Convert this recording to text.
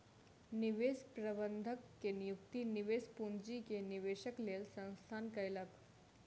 निवेश प्रबंधक के नियुक्ति निवेश पूंजी के निवेशक लेल संस्थान कयलक